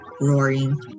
roaring